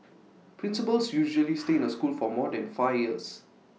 principals usually stay in A school for more than five years